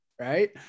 right